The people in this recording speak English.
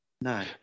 No